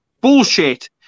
Bullshit